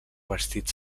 vestits